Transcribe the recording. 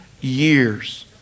years